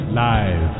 live